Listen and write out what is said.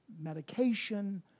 medication